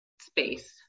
space